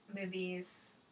movies